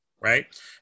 right